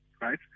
right